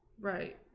Right